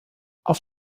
auf